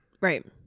Right